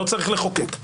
לא צריך לחוקק.